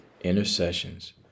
intercessions